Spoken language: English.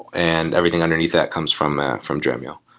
and everything underneath that comes from from dremio.